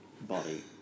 body